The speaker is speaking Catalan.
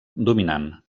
dominant